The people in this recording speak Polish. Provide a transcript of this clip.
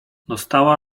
dostała